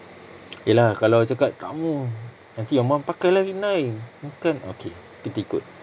ya lah kalau cakap tak mahu nanti your mum pakai lah inai bukan okay tu kekok